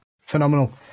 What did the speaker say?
Phenomenal